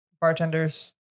bartenders